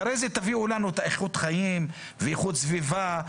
אחרי זה תביאו לנו את איכות החיים ואיכות הסביבה,